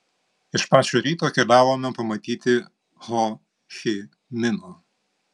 iš pačio ryto keliavome pamatyti ho chi mino